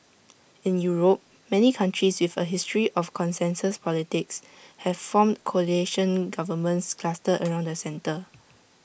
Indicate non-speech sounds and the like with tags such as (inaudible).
in Europe many countries with A history of consensus politics have formed coalition governments clustered (noise) around the centre